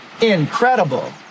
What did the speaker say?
incredible